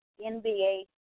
NBA